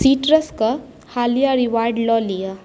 citrus के हालिया reward लऽ लिअ